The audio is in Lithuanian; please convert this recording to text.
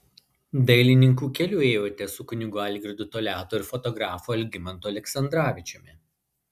dailininkų keliu ėjote su kunigu algirdu toliatu ir fotografu algimantu aleksandravičiumi